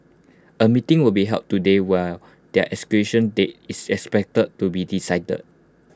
A meeting will be held today where their execution date is expected to be decided